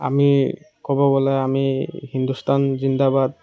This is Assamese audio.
আমি ক'ব গ'লে আমি হিন্দুস্তান জিন্দাবাদ